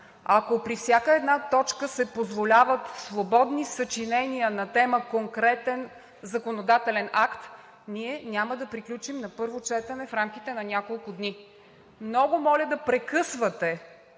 Ако при всяка една точка се позволяват свободни съчинения на тема конкретен законодателен акт, ние няма да приключим на първо четене в рамките на няколко дни. Много моля да прекъсвате,